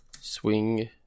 swing